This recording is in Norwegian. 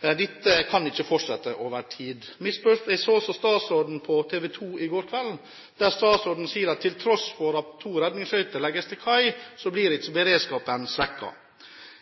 Dette kan ikke fortsette over tid. Jeg så også at statsråden på TV 2 i går kveld sa at til tross for at to redningsskøyter legges til kai, blir ikke beredskapen svekket.